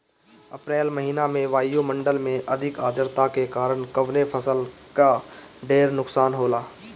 अप्रैल महिना में वायु मंडल में अधिक आद्रता के कारण कवने फसल क ढेर नुकसान होला?